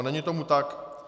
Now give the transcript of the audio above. Není tomu tak.